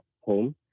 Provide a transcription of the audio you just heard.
home